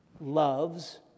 loves